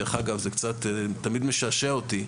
דרך אגב, זה תמיד קצת משעשע אותי,